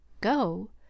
Go